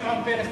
שמעון פרס,